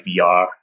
VR